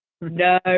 No